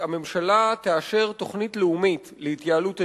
הממשלה תאשר תוכנית לאומית להתייעלות אנרגטית,